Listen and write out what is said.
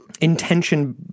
intention